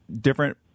different